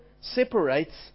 separates